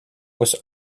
was